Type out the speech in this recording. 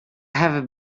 have